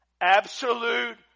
Absolute